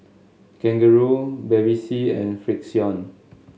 Kangaroo Bevy C and Frixion